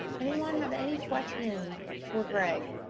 anyone have any questions for greg?